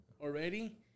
already